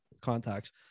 contacts